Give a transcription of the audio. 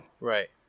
Right